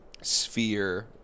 sphere